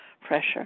pressure